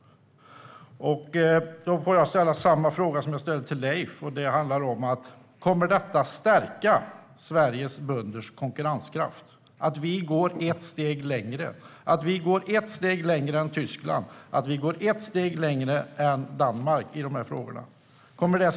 Jag vill ställa samma fråga till Per Klarberg som jag ställde till Leif Pettersson: Kommer det att stärka Sveriges bönders konkurrenskraft att vi går ett steg längre än Tyskland och Danmark i de här frågorna?